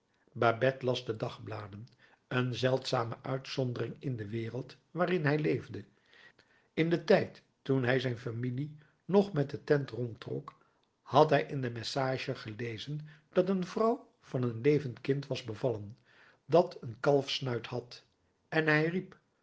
babet las de dagbladen een zeldzame uitzondering in de wereld waarin hij leefde in den tijd toen hij zijn familie nog met zijn tent rondtrok had hij in den messager gelezen dat een vrouw van een levend kind was bevallen dat een kalfssnuit had en hij riep